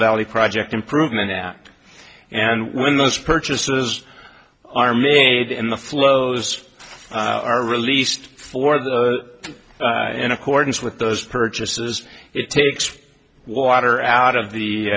valley project improvement act and when those purchases are made in the flows are released for the in accordance with those purchases it takes water out of the